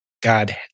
God